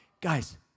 Guys